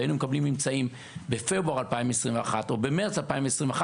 והיינו מקבלים ממצאים בפברואר 2021 או במרץ 2021,